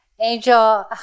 Angel